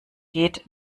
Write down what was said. geht